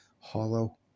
hollow